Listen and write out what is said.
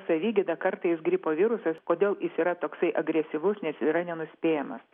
savigyda kartais gripo virusas kodėl jis yra toksai agresyvus nes yra nenuspėjamas